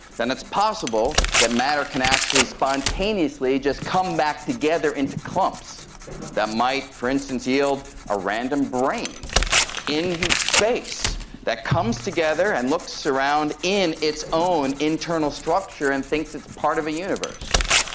then it's possible that matter can actually spontaneously just come back together into clumps that might, for instance, yield a random brain in space that comes together and looks around in its own internal structure and thinks it's part of a universe.